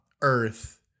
earth